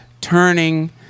turning